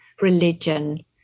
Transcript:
religion